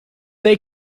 they